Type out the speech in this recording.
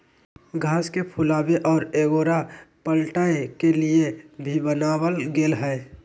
घास के फुलावे और एगोरा पलटय के लिए भी बनाल गेल हइ